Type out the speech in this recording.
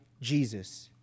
Jesus